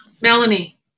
Melanie